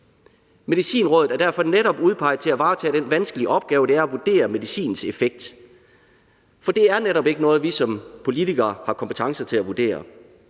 Medicinrådet er derfor netop udpeget til at varetage den vanskelige opgave, det er at vurdere medicins effekt. For det er netop ikke noget, vi som politikere har kompetencer til at vurdere.